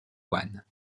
yuan